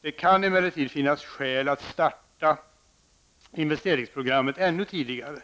Det kan emellertid finnas skäl att starta investeringsprogrammet ännu tidigare.